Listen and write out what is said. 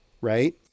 right